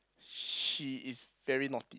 she is very naughty